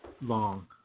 long